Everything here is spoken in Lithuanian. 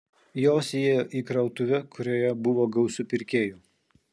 jos įėjo į krautuvę kurioje buvo gausu pirkėjų